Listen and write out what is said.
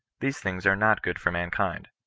these things are not good for mankind.